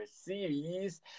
series